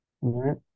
right